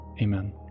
Amen